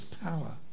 power